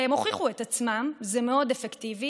והם הוכיחו את עצמם, זה מאוד אפקטיבי,